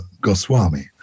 Goswami